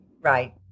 Right